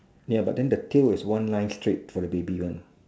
ya but then the tail is one line straight for the baby one